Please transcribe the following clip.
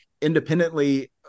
independently